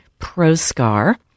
Proscar